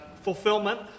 fulfillment